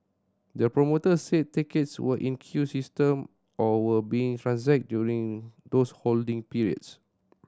the promoter said tickets were in queue system or were being transacted during those holding periods